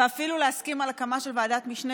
ואפילו להסכים על הקמה של ועדת משנה